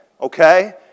okay